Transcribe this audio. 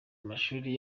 amashuri